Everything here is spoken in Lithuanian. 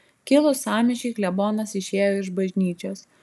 kilus sąmyšiui klebonas išėjo iš bažnyčios